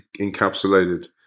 encapsulated